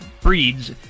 breeds